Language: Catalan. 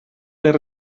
les